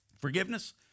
forgiveness